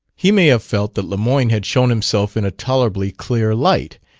he may have felt that lemoyne had shown himself in a tolerably clear light,